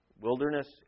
wilderness